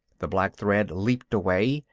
the black thread leaped away.